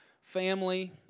family